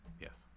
yes